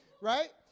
right